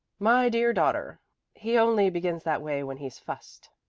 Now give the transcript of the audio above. my dear daughter' he only begins that way when he's fussed.